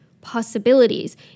possibilities